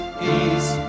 peace